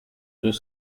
deux